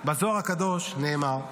בזוהר הקדוש נאמר,